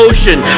Ocean